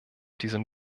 diesem